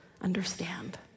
understand